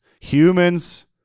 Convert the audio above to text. Humans